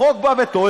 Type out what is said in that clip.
החוק בא וטוען: